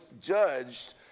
judged